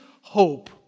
hope